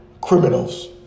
criminals